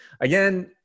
again